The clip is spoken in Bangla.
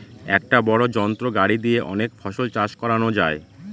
এক বড় যন্ত্র গাড়ি দিয়ে অনেক ফসল চাষ করানো যায়